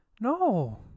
No